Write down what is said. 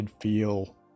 feel